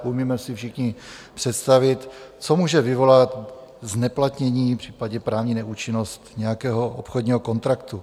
Umíme si všichni představit, co může vyvolat zneplatnění, případně právní neúčinnost nějakého obchodního kontraktu.